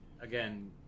again